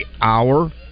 hour